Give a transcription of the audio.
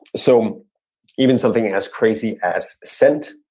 so even something as crazy as scent.